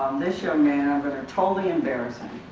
um this young man, i'm going to totally embarrass him